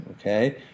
Okay